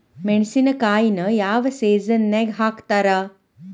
ಮೆಣಸಿನಕಾಯಿನ ಯಾವ ಸೇಸನ್ ನಾಗ್ ಹಾಕ್ತಾರ?